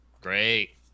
Great